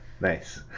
Nice